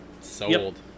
Sold